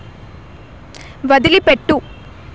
వదిలిపెట్టు